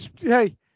Hey